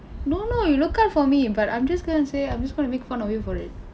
no no you look out for me but I'm just gonna say I'm just gonna make fun of you for it